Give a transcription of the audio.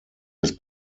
his